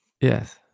Yes